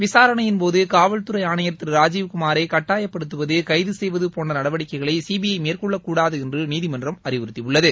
விசாரணையின் போது காவல்துறை ராஜீவ்குமாரை கட்டாயப்படுத்துவது கைது செய்வது போன்ற நடவடிக்கைகளை சிபிஐ மேற்கொள்ளக் கூடாது என்று நீதிமன்றம் அறிவுறுத்தியுள்ளது